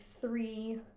three